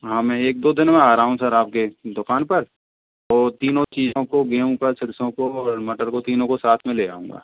हाँ मैं एक दो दिन में आ रहा हूँ सर आपके दुकान पर तो तीनों चीज़ों को गेहूं को सरसों को और मटर को तीनों को एक साथ में ले आऊंगा